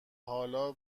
حالا